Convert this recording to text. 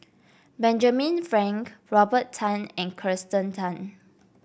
Benjamin Frank Robert Tan and Kirsten Tan